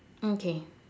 okay